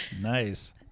Nice